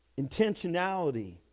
intentionality